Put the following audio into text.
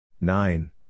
Nine